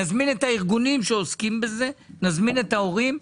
נזמין את הארגונים שעוסקים בזה, נזמין את ההורים,